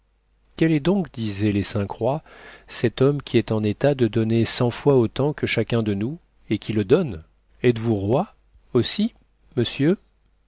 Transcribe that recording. quel est donc disaient les cinq rois cet homme qui est en état de donner cent fois autant que chacun de nous et qui le donne etes-vous roi aussi monsieur